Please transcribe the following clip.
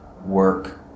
work